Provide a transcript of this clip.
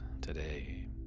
today